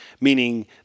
Meaning